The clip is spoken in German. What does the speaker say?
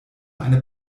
eine